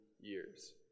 years